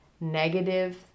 negative